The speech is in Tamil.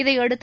இதையடுத்து